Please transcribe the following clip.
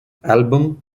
album